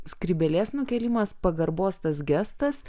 skrybėlės nukėlimas pagarbos tas gestas